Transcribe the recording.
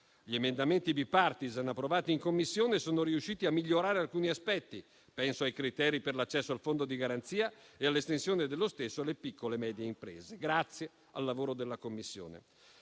Gli emendamenti *bipartisan* approvati in Commissione sono riusciti a migliorare alcuni aspetti: penso ai criteri per l'accesso al fondo di garanzia e all'estensione dello stesso alle piccole e medie imprese grazie al lavoro della Commissione.